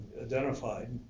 identified